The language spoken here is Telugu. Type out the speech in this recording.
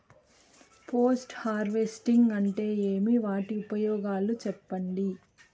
పోస్ట్ హార్వెస్టింగ్ అంటే ఏమి? వాటి ఉపయోగాలు చెప్పండి?